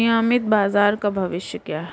नियमित बाजार का भविष्य क्या है?